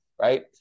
right